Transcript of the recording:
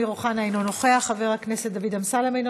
חבר הכנסת אמיר אוחנה,